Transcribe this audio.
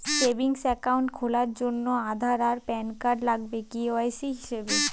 savings account খোলার জন্যে আধার আর প্যান কার্ড লাগবে কে.ওয়াই.সি হিসেবে